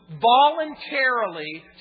voluntarily